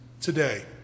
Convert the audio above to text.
today